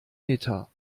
meter